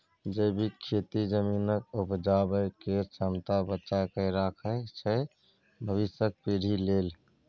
जैबिक खेती जमीनक उपजाबै केर क्षमता बचा कए राखय छै भबिसक पीढ़ी लेल